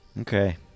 Okay